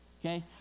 Okay